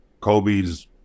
Kobe's